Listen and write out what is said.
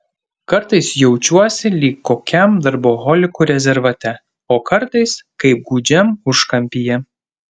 kartais jaučiuosi lyg kokiam darboholikų rezervate o kartais kaip gūdžiam užkampyje